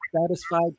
satisfied